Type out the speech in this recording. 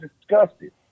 disgusted